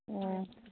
ꯑꯣ